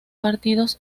partidos